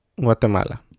Guatemala